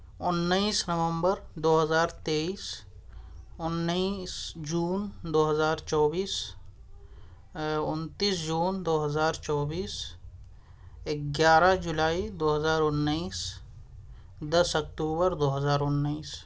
انیس نومبر دو ہزار تیئیس انیس جون دو ہزار چوبیس انتیس جون دو ہزار چوبیس گیارہ جولائی دو ہزار انیس دس اکتوبر دو ہزار انیس